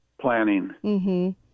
planning